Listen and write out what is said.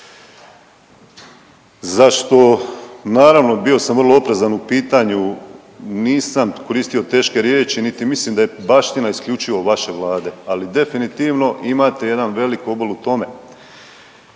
Zašto? Naravno, bio sam vrlo oprezan u pitanju, nisam koristio teške riječi, niti mislim da je baština isključivo vaše vlade, ali definitivno imate jedan velik obol u tome.